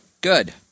Good